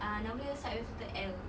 ah nama dia start with letter L